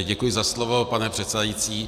Děkuji za slovo, pane předsedající.